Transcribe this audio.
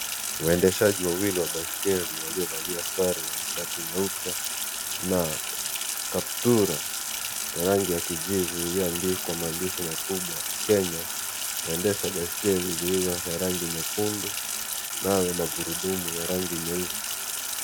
Waendeshaji wawili wa baiskeli waliovalia sare ya shati nyeupe na kaptura ya rangi ya kijivu iliyoandikwa maandishi makubwa Kenya, waendesha baiskeli zilizo za rangi nyekundu nayo magurudumu ya rangi nyeusi.